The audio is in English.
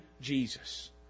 Jesus